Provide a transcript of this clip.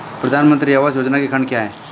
प्रधानमंत्री आवास योजना के खंड क्या हैं?